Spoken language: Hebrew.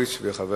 אין